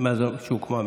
מאז הוקמה הממשלה.